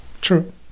true